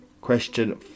Question